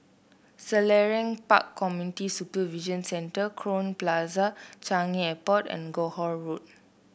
Selarang Park Community Supervision Centre Crowne Plaza Changi Airport and Johore Road